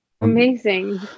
amazing